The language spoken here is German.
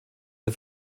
der